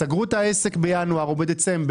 הם סגרו את העסק בינואר או בדצמבר,